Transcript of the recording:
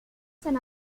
san